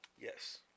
Yes